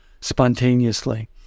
spontaneously